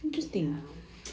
ya